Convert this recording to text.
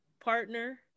partner